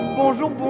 bonjour